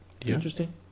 Interesting